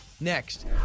Next